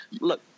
look